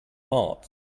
heart